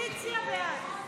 46 בעד,